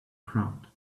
crowd